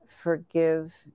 forgive